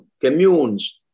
communes